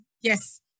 Yes